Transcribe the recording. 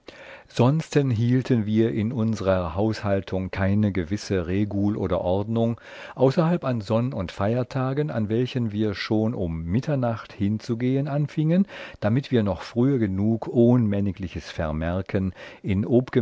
sonsten hielten wir in unsrer haushaltung keine gewisse regul oder ordnung außerhalb an sonn und feiertägen an welchen wir schon um mitternacht hinzugehen anfiengen damit wir noch frühe genug ohn männigliches vermerken in